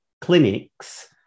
clinics